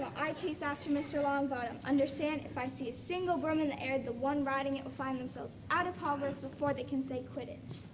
i chase after mr. longbottom, understand? if i see a single broom in the air the one riding it will find themselves out of hogwarts before they can say quidditch.